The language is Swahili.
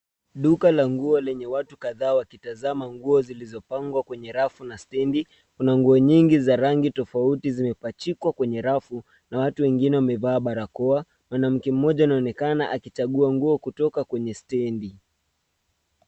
Duka la nguo lenye watu kadhaa wakitazama, nguo zilizopangwa kwenye rafu na stendi, kuna nguo nyingi za rangi tofauti zimepachikwa kwenye rafu, na watu wengine wamevaa barakoa. Mwanamke mmoja anaonekana akichagua nguo kutoka kwenye stendi.